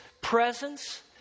Presence